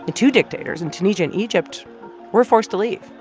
ah two dictators in tunisia and egypt were forced to leave,